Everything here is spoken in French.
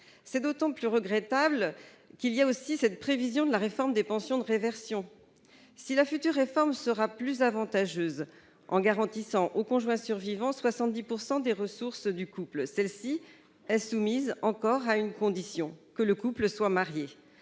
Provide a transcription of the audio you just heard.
est d'autant plus regrettable avec la réforme en prévision des pensions de réversion. Si la future réforme sera plus avantageuse en garantissant au conjoint survivant 70 % des ressources du couple, cette garantie est soumise à une condition : que le couple soit marié.